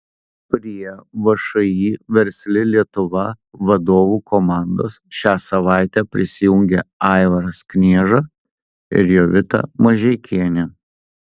prie všį versli lietuva vadovų komandos šią savaitę prisijungė aivaras knieža ir jolita mažeikienė